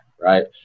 right